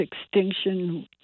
extinction